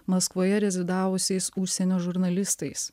maskvoje rezidavusiais užsienio žurnalistais